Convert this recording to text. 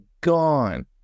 gone